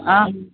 आम्